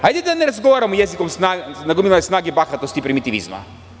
Hajde da ne razgovaramo jezikom nagomilane snage, bahatosti i primitivizma.